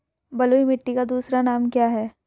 बलुई मिट्टी का दूसरा नाम क्या है?